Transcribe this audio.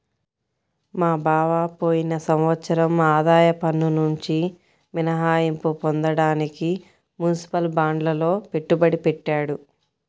మా బావ పోయిన సంవత్సరం ఆదాయ పన్నునుంచి మినహాయింపు పొందడానికి మునిసిపల్ బాండ్లల్లో పెట్టుబడి పెట్టాడు